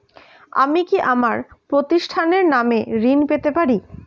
আমি কি আমার প্রতিষ্ঠানের নামে ঋণ পেতে পারি?